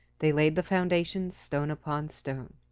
they laid the foundations, stone upon stone.